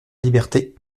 liberté